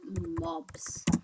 mobs